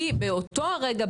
היא באותו הרגע,